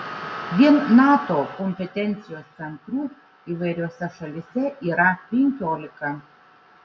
vien nato kompetencijos centrų įvairiose šalyse yra penkiolika